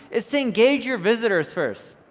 is to engage your visitors first.